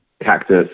cactus